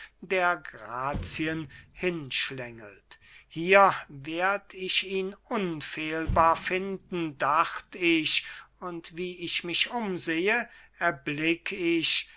der grazien hinschlängelt hier werd ich ihn unfehlbar finden dacht ich und wie ich mich umsehe erblick ich